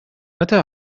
متى